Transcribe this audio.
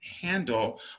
handle